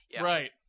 Right